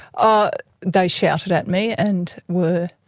ah they shouted at me and were